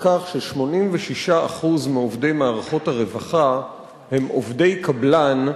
ש-86% מעובדי מערכות הרווחה הם עובדי קבלן,